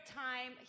time